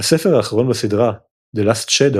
הספר האחרון בסדרה "The last shadow"